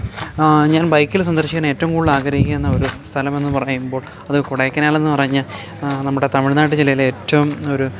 ആ ഞാൻ ബൈക്കിൽ സന്ദർശിക്കാൻ ഏറ്റവും കൂടുതൽ ആഗ്രഹിക്കുന്ന ഒരു സ്ഥലം എന്നു പറഞ്ഞുകഴിയുമ്പോൾ അത് കൊടൈക്കനാൽ എന്നുപറഞ്ഞ നമ്മുടെ തമിഴ്നാട് ജില്ലയിലെ ഏറ്റവും ഒരു